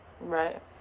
Right